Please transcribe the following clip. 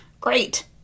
Great